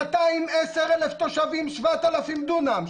210,000 תושבים, 7,000 דונם.